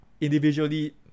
individually